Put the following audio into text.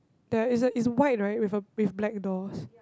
there is a is white right with a with black doors